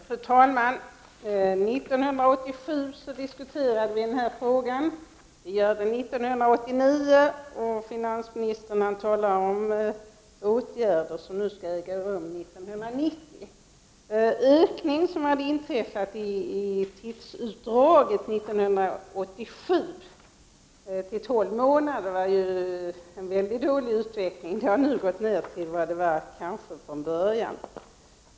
Fru talman! 1987 diskuterade vi den här frågan, det gör vi nu 1989, och finansministern talar om åtgärder som skall vidtas 1990. En ökning av tidsutdräkten inträffade 1987. Det var en mycket dålig utveckling. Tidsutdräkten har nu minskat till vad den kanske var från början.